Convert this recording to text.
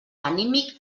anímic